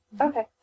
Okay